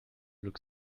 look